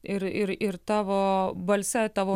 ir ir ir tavo balse tavo